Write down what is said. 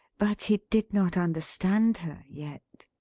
but he did not understand her yet.